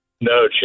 No